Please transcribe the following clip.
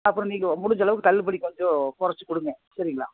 அப்புறம் நீங்கள் முடிஞ்சளவுக்கு தள்ளுபடி கொஞ்சம் கொறச்சு கொடுங்க சரிங்களா